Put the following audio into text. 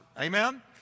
Amen